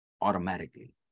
automatically